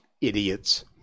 idiots